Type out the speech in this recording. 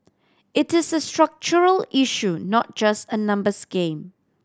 it is a structural issue not just a numbers game